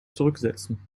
zurücksetzen